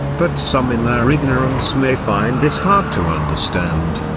but some in their ignorance may find this hard to understand.